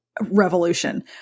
revolution